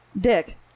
Dick